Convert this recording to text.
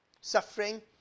suffering